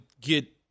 get